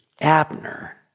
Abner